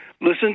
listen